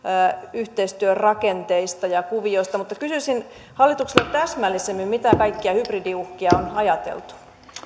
yhteistyön rakenteista ja kuvioista mutta kysyisin hallitukselta täsmällisemmin mitä kaikkia hybridiuhkia on ajateltu